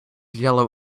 yellow